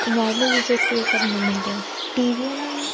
normal users खे हीअ सभु न मिलंदो आहे टीवीअ में